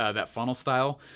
ah that funnel style.